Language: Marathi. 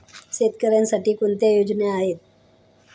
शेतकऱ्यांसाठी कोणत्या योजना आहेत?